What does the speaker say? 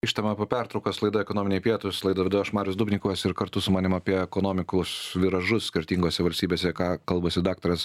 grįžtame po pertraukos laida ekonominiai pietūs laida vedu aš marius dubnikovas ir kartu su manimi apie ekonomikos viražus skirtingose valstybėse ką kalbasi daktaras